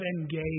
engage